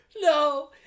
no